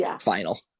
final